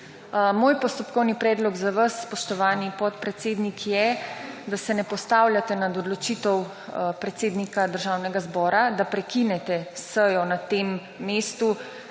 Moj postopkovni predlog za vas, spoštovani podpredsednik je, da se ne postavljate nad odločitev predsednika Državnega zbora, da prekinete sejo na tem mestu